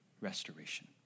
restoration